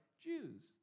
Jews